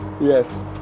Yes